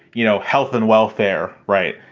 you know, health and welfare. right.